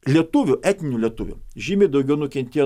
lietuvių etninių lietuvių žymiai daugiau nukentėjo